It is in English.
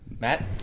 Matt